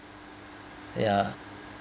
ya